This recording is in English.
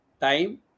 time